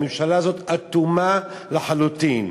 הממשלה הזאת אטומה לחלוטין.